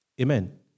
Amen